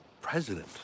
president